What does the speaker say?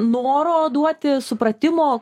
noro duoti supratimo